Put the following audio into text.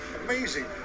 amazing